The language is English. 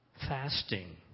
Fasting